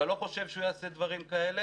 אתה לא חושב שהוא יעשה דברים כאלה,